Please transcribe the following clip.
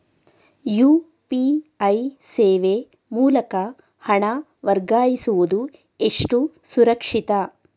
UPI ಸೇವೆ ಮೂಲಕ ಹಣ ವರ್ಗಾಯಿಸುವುದು ಎಷ್ಟು ಸುರಕ್ಷಿತ?